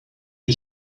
you